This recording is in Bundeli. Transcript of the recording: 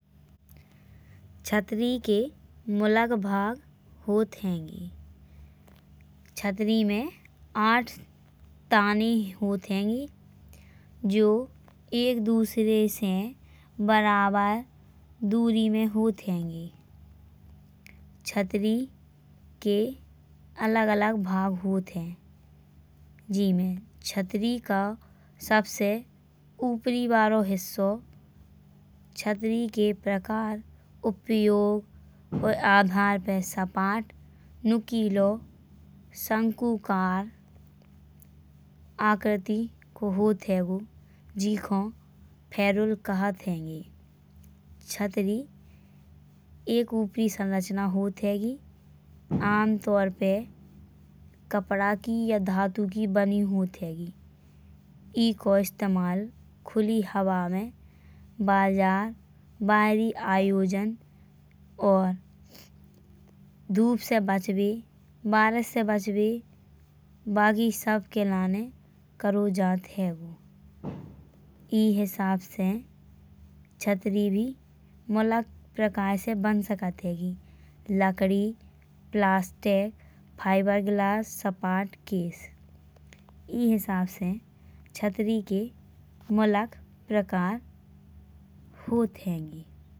छतरी के मुलाक भाग होत हैंगे। छतरी में आठ ताने होत हैंगे जो एक दूसरे से बराबर दूरी में होत हैंगे। छतरी के अलग अलग भाग होत हैं। जीमे छतरी का सबसे उपरी वालो हिस्सा छतरी के प्रकार उपयोग आधार पे। सपाट नुकीलो शंकुकार आकृति को होत हैंगो जीको फेरूल कहत हैंगे। छतरी एक उपरी संरचना होत हैंगी आम तऊर पे कपड़ा की या धातु की बनी होत हैंगी। ईको इस्तेमाल खुली हवा में बाजार बहरी आयोजन। और धूप से बचबे बारिश से बचबे बाकी सबके लाने करो जात हैंगो। ई हिसाब से छतरी भी मुलाक प्रकार से बन सकत हैंगी। लकड़ी प्लास्टिक फाइबर ग्लास सपाट केस ई हिसाब से छतरी के मुलाक प्रकार होत हैंगे।